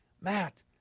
Matt